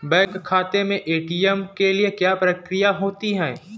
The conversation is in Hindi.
बैंक खाते में ए.टी.एम के लिए क्या प्रक्रिया होती है?